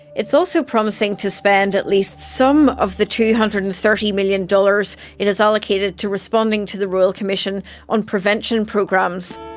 it's also promising to spend at least some of the two hundred and thirty million dollars it has allocated to responding to the royal commission on prevention programs.